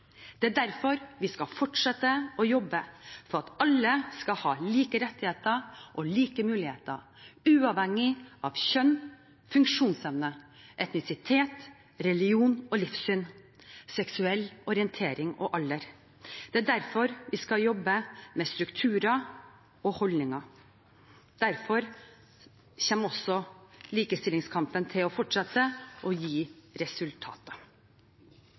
Det er derfor vi skal fortsette å jobbe for at alle skal ha like rettigheter og like muligheter uavhengig av kjønn, funksjonsevne, etnisitet, religion og livssyn, seksuell orientering og alder. Det er derfor vi skal jobbe med strukturer og holdninger. Derfor kommer også likestillingskampen til å fortsette å gi resultater.